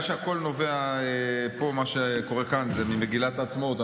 בגלל שהכול נובע ממגילת העצמאות,